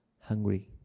hungry